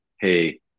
hey